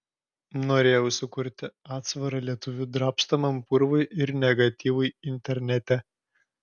norėjau sukurti atsvarą lietuvių drabstomam purvui ir negatyvui internete